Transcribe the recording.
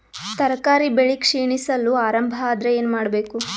ತರಕಾರಿ ಬೆಳಿ ಕ್ಷೀಣಿಸಲು ಆರಂಭ ಆದ್ರ ಏನ ಮಾಡಬೇಕು?